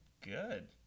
good